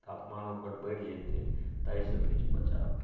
तापमान ओकर बढ़ि जेतै ताहिसँ किछु बचाव हैत